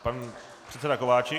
Pan předseda Kováčik.